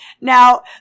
Now